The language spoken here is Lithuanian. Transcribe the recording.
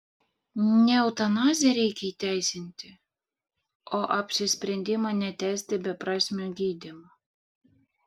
ne eutanaziją reikia įteisinti o apsisprendimą netęsti beprasmio gydymo